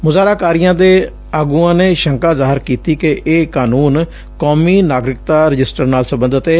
ਮੁਜ਼ਾਹਰਾ ਕਾਰੀਆਂ ਦੇ ਆਗੁਆਂ ਨੇ ਸ਼ੰਕਾ ਜ਼ਾਹਰ ਕੀਤੀ ਕਿ ਇਹ ਕਾਨੁੰਨ ਕੌਮੀ ਨਾਗਰਿਕਤਾ ਰਜਿਸਟਰ ਨਾਲ ਸਬੰਧਤ ਏ